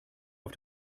auf